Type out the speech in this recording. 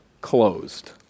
closed